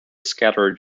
scattered